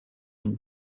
une